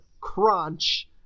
crunch